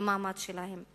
למעמד שלהם.